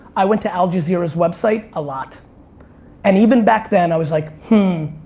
i went to al jazeera's website a lot and, even back then, i was like, hmm.